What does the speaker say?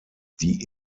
die